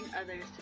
others